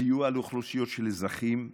סיוע לאוכלוסיות של אזרחים ותיקים,